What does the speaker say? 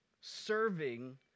serving